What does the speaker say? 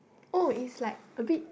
oh is like a bit